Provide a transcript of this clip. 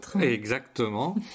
Exactement